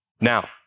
Now